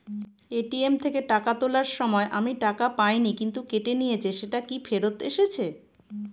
ATM থেকে টাকা তোলার সময় আমি টাকা পাইনি কিন্তু কেটে নিয়েছে সেটা কি ফেরত এসেছে?